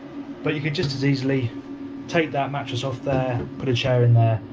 but you could just as easily take that mattress off there, put a chair in there,